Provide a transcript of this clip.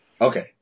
Okay